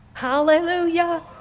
hallelujah